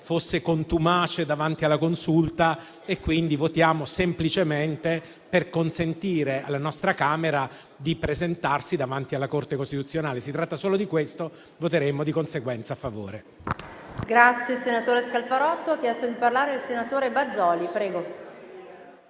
fosse contumace davanti alla Consulta e, quindi, votiamo semplicemente per consentire alla nostra Camera di presentarsi davanti alla Corte costituzionale. Si tratta solo di questo e voteremo, di conseguenza, a favore.